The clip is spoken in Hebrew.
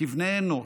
כבני אנוש,